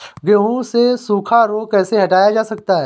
गेहूँ से सूखा रोग कैसे हटाया जा सकता है?